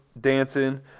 dancing